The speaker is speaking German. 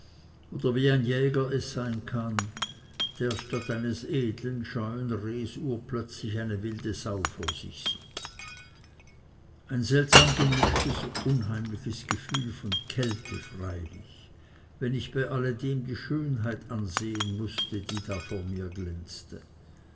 oder wie ein jäger es sein kann der statt eines edlen scheuen rehes urplötzlich eine wilde sau vor sich sieht ein seltsam gemischtes unheimliches gefühl von kälte freilich wenn ich bei alledem die schönheit ansehen mußte die da vor mir glänzte